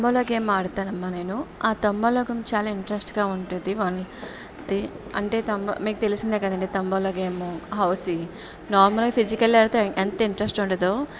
tambola game ఆడతానమ్మ నేను ఆ తంబాలోకం చాలా ఇంట్రెస్ట్గా ఉంటుంది అది అంటే మీకు తెలిసిందే కదండి తంబోలా గేము హౌసీ నార్మల్గా ఫిజికల్ అయితే అంత ఇంట్రస్ట్ ఉండదు